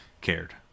cared